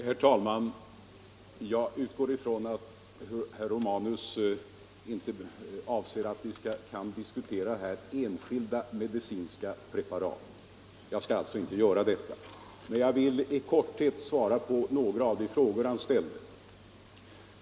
Herr talman! Jag utgår ifrån att herr Romanus inte avser att vi skall diskutera enskilda medicinska preparat. Jag skall alltså inte göra detta, men jag vill i korthet svara på några av de frågor han ställde.